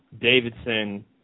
Davidson